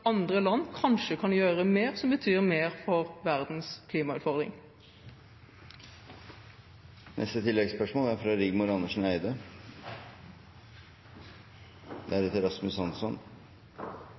andre land kanskje kan gjøre mer, som betyr mer for verdens klimautfordring. Rigmor Andersen Eide